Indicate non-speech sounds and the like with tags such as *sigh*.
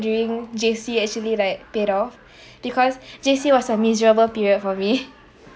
during J_C actually like paid off *breath* because J_C was a miserable period for me *laughs*